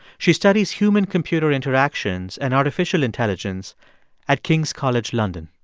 she studies human-computer interactions and artificial intelligence at king's college london.